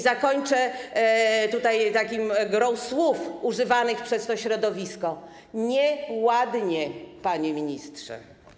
Zakończę taką grą słów używanych przez to środowisko: nie-ład-nie, panie ministrze.